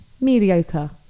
Mediocre